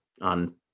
on